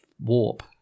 warp